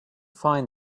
find